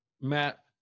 Matt